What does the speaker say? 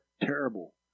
terrible